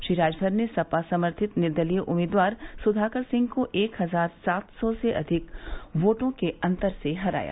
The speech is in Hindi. श्री राजभर ने सपा समर्थित निर्दलीय उम्मीदवार सुधाकर सिंह को एक हजार सात सौ से अधिक वोटो के अंतर से हराया